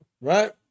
Right